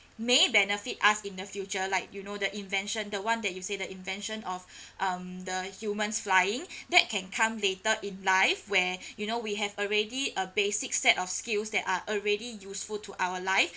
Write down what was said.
may benefit us in the future like you know the invention the one that you say the invention of um the human's flying that can come later in life where you know we have already a basic set of skills that are already useful to our life